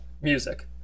music